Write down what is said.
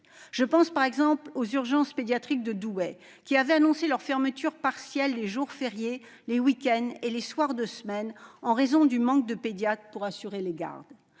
Je pense par exemple aux urgences pédiatriques de Douai, qui avaient annoncé leur fermeture partielle les jours fériés, les week-ends et les soirs de semaine, en raison du manque de pédiatres pour assurer les gardes.